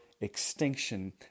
extinction